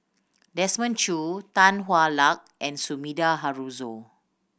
Desmond Choo Tan Hwa Luck and Sumida Haruzo